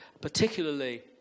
particularly